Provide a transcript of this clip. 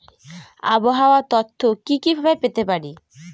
আবহাওয়ার তথ্য কি কি ভাবে পেতে পারি?